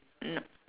no